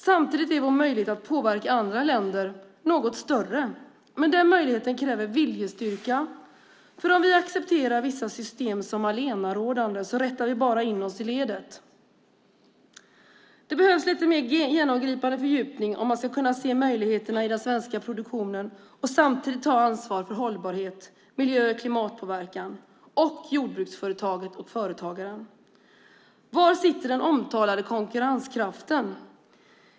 Samtidigt är vår möjlighet att påverka andra länder något större, men den möjligheten kräver viljestyrka. Om vi accepterar vissa system som allenarådande rättar vi bara in oss i ledet. Det behövs mer genomgripande fördjupning om man ska kunna se möjligheterna i den svenska produktionen och samtidigt ta ansvar för hållbarhet, miljö och klimatpåverkan och jordbruksföretaget och företagaren. Var sitter den omtalade konkurrenskraften?